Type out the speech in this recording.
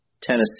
Tennessee